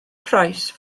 price